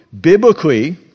Biblically